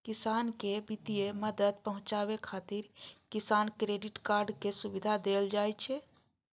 किसान कें वित्तीय मदद पहुंचाबै खातिर किसान क्रेडिट कार्ड के सुविधा देल जाइ छै